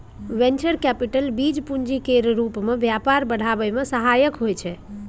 venture capital बीज पूंजी केर रूप मे व्यापार बढ़ाबै मे सहायक होइ छै